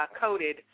coated